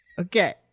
okay